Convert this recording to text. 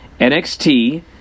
NXT